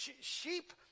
Sheep